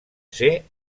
ser